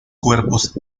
cuerpos